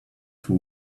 two